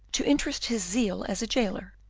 to interest his zeal as a jailer,